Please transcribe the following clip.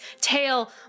tail